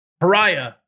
Pariah